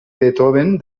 beethoven